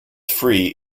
free